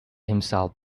himself